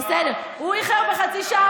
הוא איחר בחצי שעה,